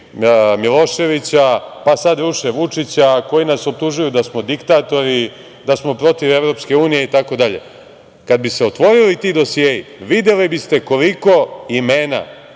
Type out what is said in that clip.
Miloševića, pa sada ruše Vučića, koji nas optužuju da smo diktatori, da smo protiv EU itd. Kada bi se otvorili ti dosijei, videli biste koliko imena